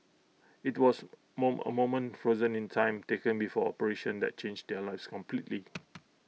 IT was mom A moment frozen in time taken before operation that changed their lives completely